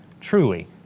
Truly